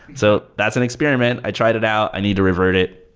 so that's an experiment. i tried it out. i need to revert it.